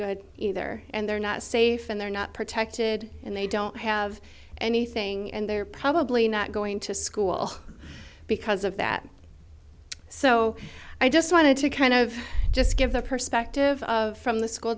good either and they're not safe and they're not protected and they don't have anything and they're probably not going to school because of that so i just wanted to kind of just give the perspective of from the school